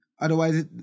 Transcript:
otherwise